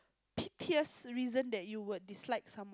p~ pierce reason that you would dislike some